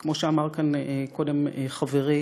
וכמו שאמר כאן קודם חברי,